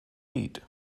eat